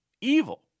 Evil